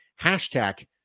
Hashtag